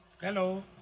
Hello